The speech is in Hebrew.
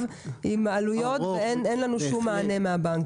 עם עלויות ואין לנו כל מענה מהבנקים.